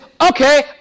okay